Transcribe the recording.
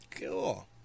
cool